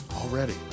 already